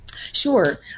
Sure